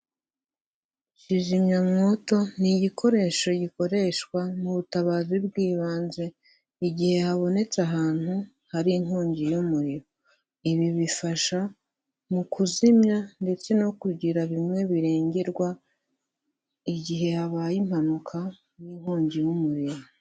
Kizimyamwoto ni igikoresho gikoreshwa mu butabazi bw'ibanze igihe habonetse ahantu hari inkongi y'umuriro, ibi bifasha mu kuzimya ndetse no kugira bimwe birengerwa igihe habaye impanuka n'inkongi y'umuriro.